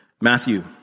Matthew